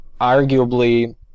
arguably